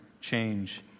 change